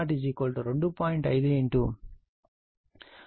5 103 radian second అవుతాయి